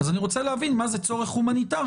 אני רוצה להבין מה זה צורך הומניטרי